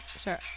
Sure